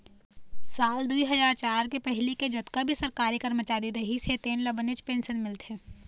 साल दुई हजार चार के पहिली के जतका भी सरकारी करमचारी रहिस हे तेन ल बनेच पेंशन मिलथे